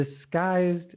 disguised